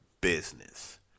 business